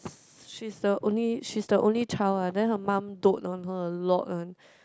she's the only she's the only child ah then her mum dote on her a lot [one]